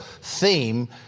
theme